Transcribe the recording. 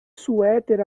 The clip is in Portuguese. suéter